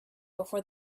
before